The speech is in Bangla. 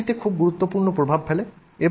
বৈশিষ্ট্যগুলিতে খুব গুরুত্বপূর্ণ প্রভাব ফেলে